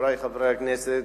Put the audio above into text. חברי חברי הכנסת,